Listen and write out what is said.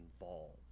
involved